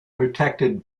protected